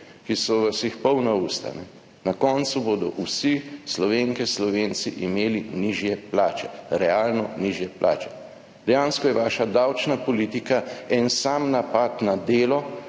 ki so vas jih polna usta. Na koncu bodo vsi Slovenke, Slovenci imeli nižje plače, realno nižje plače. Dejansko je vaša davčna politika en sam napad na delo,